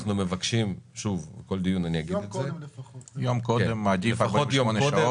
אני אגיד בכל דיון אנחנו מבקשים לפחות יום לפני כן להביא את המצגות.